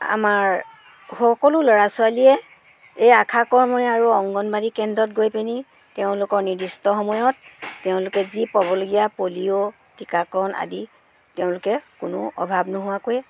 আমাৰ সকলো ল'ৰা ছোৱালীয়ে এই আশা কৰ্মী আৰু অংগণবাদি কেন্দ্ৰত গৈ পিনি তেওঁলোকৰ নিদিষ্ট সময়ত তেওঁলোকে যি পাবলগীয়া পলিঅ' টীকাকৰণ আদি তেওঁলোকে কোনো অভাৱ নোহোৱাকৈ